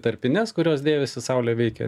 tarpines kurios dėvisi saulė veikia